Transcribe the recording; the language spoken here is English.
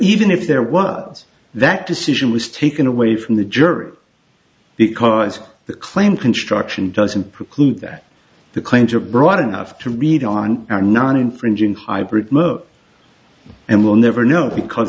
even if there was that decision was taken away from the jury because the claim construction doesn't preclude that the claims are broad enough to read on our non infringing hybrid mode and we'll never know because